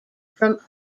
from